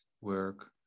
work